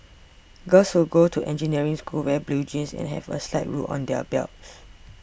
girls who go to engineering school wear blue jeans and have a slide rule on their belts